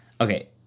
Okay